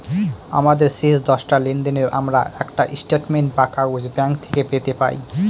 আমাদের শেষ দশটা লেনদেনের আমরা একটা স্টেটমেন্ট বা কাগজ ব্যাঙ্ক থেকে পেতে পাই